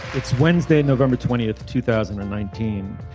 it's wednesday november twentieth two thousand and nineteen.